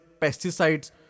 pesticides